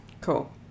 Cool